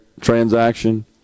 transaction